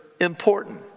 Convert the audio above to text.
important